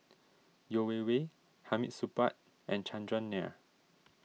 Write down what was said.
Yeo Wei Wei Hamid Supaat and Chandran Nair